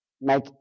make